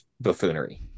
buffoonery